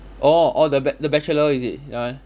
orh orh the ba~ the bachelor is it ya